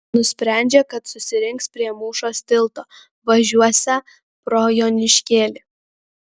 nusprendžia kad susirinks prie mūšos tilto važiuosią pro joniškėlį